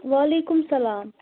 وعلیکُم السلام